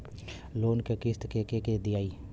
Loan क किस्त के के दियाई?